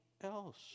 else